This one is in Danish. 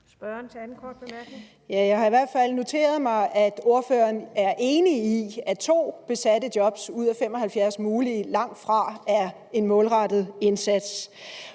Kl. 13:48 Jane Heitmann (V): Jeg har i hvert fald noteret mig, at ordføreren er enig i, at 2 besatte job ud af 75 mulige langtfra er en målrettet indsats.